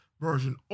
version